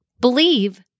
believe